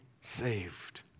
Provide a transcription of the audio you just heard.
saved